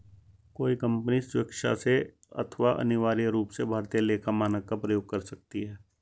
कोई कंपनी स्वेक्षा से अथवा अनिवार्य रूप से भारतीय लेखा मानक का प्रयोग कर सकती है